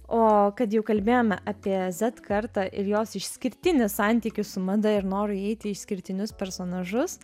o kad jau kalbėjome apie zet kartą ir jos išskirtinį santykį su mada ir norui eiti į išskirtinius personažus